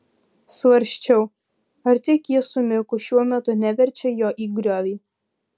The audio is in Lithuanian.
svarsčiau ar tik ji su miku šiuo metu neverčia jo į griovį